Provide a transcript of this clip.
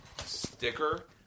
sticker